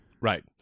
Right